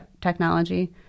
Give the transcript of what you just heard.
technology